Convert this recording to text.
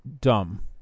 dumb